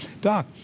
Doc